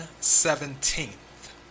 seventeenth